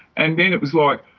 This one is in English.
and then it was like,